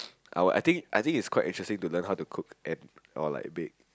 I will I think I think it's quite interesting to learn how to cook and or like bake